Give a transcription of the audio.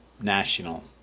national